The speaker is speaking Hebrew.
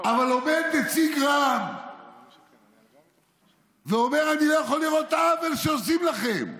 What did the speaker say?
אבל עומד נציג רע"מ ואומר: אני לא יכול לראות את העוול שעושים לכם.